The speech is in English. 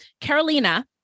Carolina